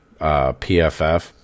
PFF